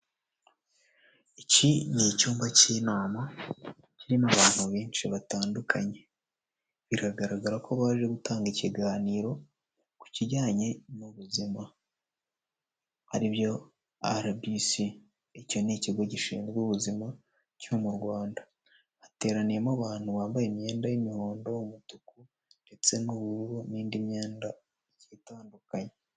Iki ni icyumba cy'inama kirimo abantu benshi batandukanye, biragaragara ko baje gutanga ikiganiro ku kijyanye n'ubuzima aribyo RBC, icyo ni ikigo gishinzwe ubuzima cyo mu Rwanda, hateraniyemo abantu bambaye imyenda y'umuhondo, umutuku ndetse n'ubururu n'indi myenda igiye itandukanye.